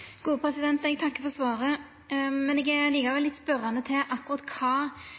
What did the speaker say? Eg takkar for svaret, men eg er likevel litt spørjande til kva